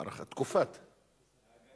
ההצעה להעביר את הצעת חוק הפטנטים (תיקון מס' 13) (הארכת תקופת